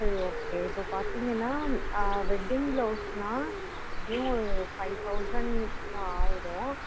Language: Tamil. சரி ஓகே இப்போ பார்த்திங்கன்னா வெட்டிங் பிளவுஸுன்னா எப்படியும் ஒரு ஃபை தௌசண்ட் ஆகிடும்